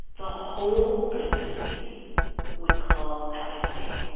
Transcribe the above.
the whole community would call out his name,